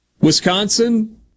Wisconsin